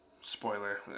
Spoiler